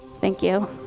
thank you.